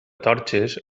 torxes